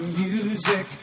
music